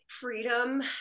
freedom